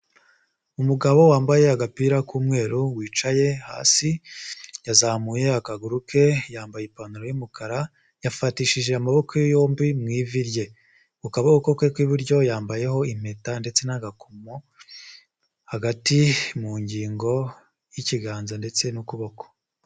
Umugabo wambaye agapira k'umweru wicaye hasi yazamuye akaguru ke, yambaye ipantaro y'umukara, yafatishije amaboko ye yombi mu ivi rye. Ku kuboko kwe kw'iburyo yambayeho impeta ndetse n'agakomo hagati mu ngingo y'ikiganza ndetse n'ukuboko.